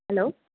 hello